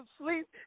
sleep